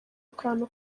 akantu